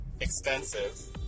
extensive